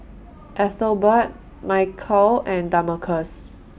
Ethelbert Michial and Damarcus